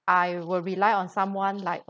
I will rely on someone like